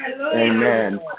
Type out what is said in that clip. Amen